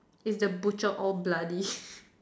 is the butcher all bloody